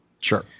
Sure